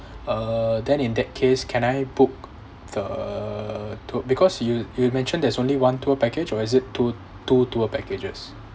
uh then in that case can I book the tour because you you mentioned there's only one tour package or is it two two tour packages